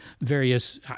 various